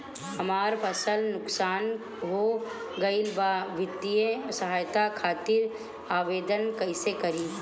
हमार फसल नुकसान हो गईल बा वित्तिय सहायता खातिर आवेदन कइसे करी?